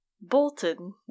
Bolton